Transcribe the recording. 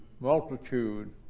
multitude